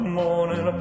morning